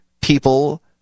people